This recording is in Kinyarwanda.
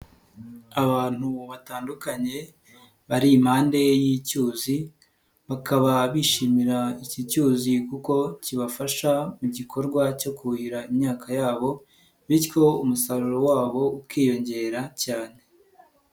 Abantu batandukanye bari impande y'icyuzi, bakaba bishimira iki cyuzi kuko kibafasha mu gikorwa cyo kuhira imyaka yabo bityo umusaruro wabo ukiyongera cyane.